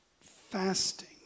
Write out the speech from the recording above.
fasting